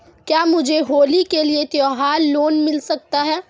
क्या मुझे होली के लिए त्यौहार लोंन मिल सकता है?